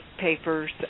papers